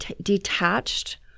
detached